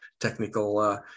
technical